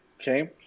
Okay